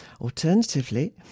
Alternatively